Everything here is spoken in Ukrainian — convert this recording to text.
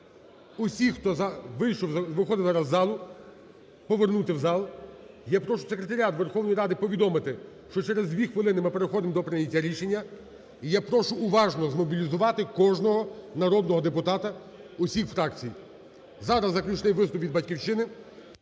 вийшов, виходив зараз з залу, повернути в зал. Я прошу секретаріат Верховної Ради повідомити, що через 2 хвилини ми переходимо до прийняття рішення. І я прошу уважно змобілізувати кожного народного депутата усіх фракцій. Зараз заключний виступ від "Батьківщини",